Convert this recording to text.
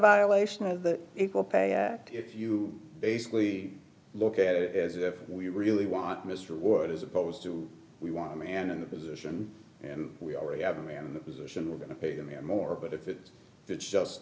violation of the equal pay act if you basically look at it as if we really want mr ward as opposed to we want a man in the position and we already have him in the position we're going to pay him more but if it's just